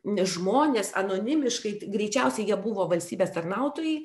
n žmonės anonimiškai greičiausiai jie buvo valstybės tarnautojai